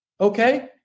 Okay